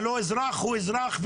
הרי אזרח הוא אזרח,